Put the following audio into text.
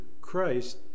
Christ